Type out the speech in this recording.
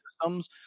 systems